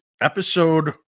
episode